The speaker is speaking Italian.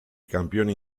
campioni